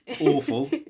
awful